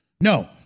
No